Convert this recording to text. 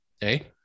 hey